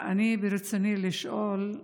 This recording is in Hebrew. ברצוני לשאול: